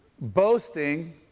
Boasting